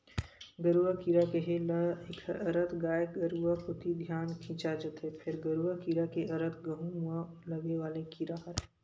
गरुआ कीरा केहे ल एखर अरथ गाय गरुवा कोती धियान खिंचा जथे, फेर गरूआ कीरा के अरथ गहूँ म लगे वाले कीरा हरय